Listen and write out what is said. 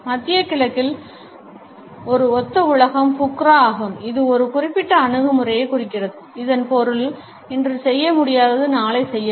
மத்திய கிழக்கில் ஒரு ஒத்த உலகம் புக்ரா ஆகும் இது ஒரு குறிப்பிட்ட அணுகுமுறையைக் குறிக்கிறது இதன் பொருள் இன்று செய்ய முடியாதது நாளை செய்யப்படும்